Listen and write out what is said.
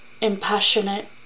impassionate